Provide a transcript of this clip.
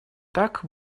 так